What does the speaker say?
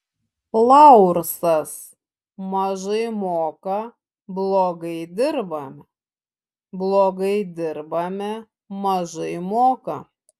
laursas mažai moka blogai dirbame blogai dirbame mažai moka